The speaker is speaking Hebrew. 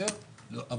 התקשורת